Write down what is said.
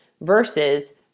versus